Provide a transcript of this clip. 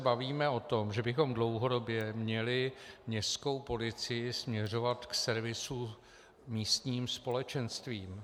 Bavíme se přece o tom, že bychom dlouhodobě měli městskou policii směřovat k servisu místním společenstvím.